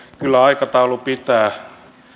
kyllä aikataulu pitää